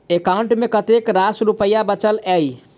account मे कतेक रास रुपया बचल एई